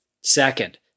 Second